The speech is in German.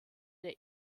der